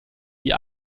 wie